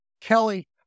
Kelly